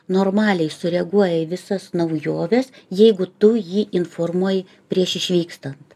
normaliai sureaguoja į visas naujoves jeigu tu jį informuoji prieš išvykstant